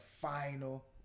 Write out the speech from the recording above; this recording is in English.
final